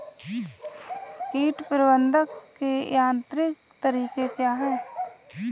कीट प्रबंधक के यांत्रिक तरीके क्या हैं?